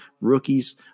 rookies